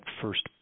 first